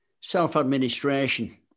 self-administration